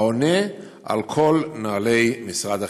על פי כל נוהלי משרד החינוך.